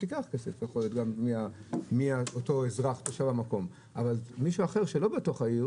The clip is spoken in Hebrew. היא תיקח כסף מאותו אזרח תושב המקום אבל מישהו אחר שלא בתוך העיר